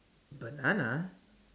banana